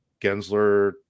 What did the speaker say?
Gensler